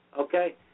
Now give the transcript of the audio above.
okay